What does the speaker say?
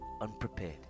unprepared